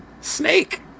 Snake